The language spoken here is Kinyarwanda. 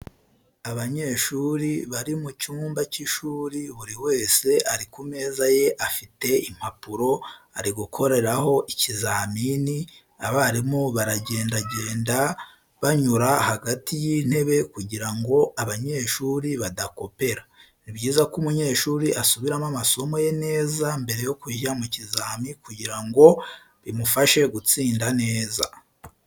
Abanyeshuri bari mu cyumba cy'ishuri, buri wese ari ku meza ye afite impapuro ari gukoreraho ikizamini, abarimu baragendagenda banyura hagati y'intebe kugira ngo abanyeshuri badakopera. Ni byiza ko umunyeshuri asubiramo amasomo ye neza mbere yo kujya mu kizamini kugira ngo bimufashe gutsinda neza.